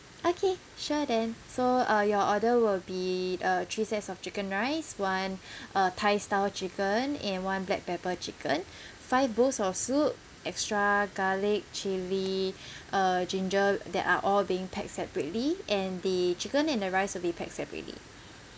okay sure then so uh your order will be uh three sets of chicken rice one uh thai style chicken and one black pepper chicken five bowls of soup extra garlic chili uh ginger that are all being packed separately and the chicken and the rice will be packed separately